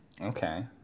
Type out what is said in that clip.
Okay